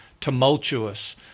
tumultuous